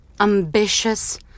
Ambitious